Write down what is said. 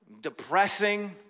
depressing